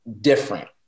different